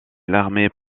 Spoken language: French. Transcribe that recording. l’armée